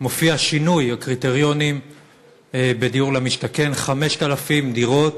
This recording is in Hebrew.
מופיע שינוי בקריטריונים בדיור למשתכן: 5,000 דירות